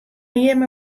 jimme